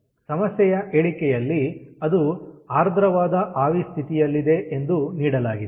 ಸಮಸ್ಯೆಯ ಹೇಳಿಕೆಯಲ್ಲಿ ಅದು ಆರ್ದ್ರವಾದ ಆವಿ ಸ್ಥಿತಿಯಲ್ಲಿದೆ ಎಂದು ನೀಡಲಾಗಿದೆ